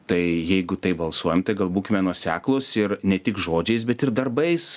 tai jeigu taip balsuojam tai gal būkime nuoseklūs ir ne tik žodžiais bet ir darbais